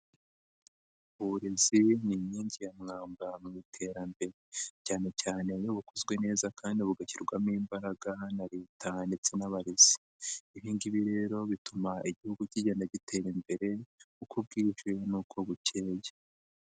Uburezi ni inkingi ya mwambao mu iterambere cyane cyane iyo bukozwe neza kandi bugashyirwamo imbaraga na Leta ndetse n'abarezi, ibi ngibi rero bituma igihugu kigenda gitera imbere uko bwije n'uko bukeye.